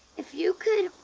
if you could